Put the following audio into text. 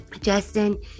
justin